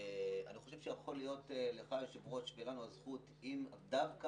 אני חושב שיכול להיות לך היושב ראש ולנו הזכות אם דווקא